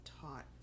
taught